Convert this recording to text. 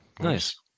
Nice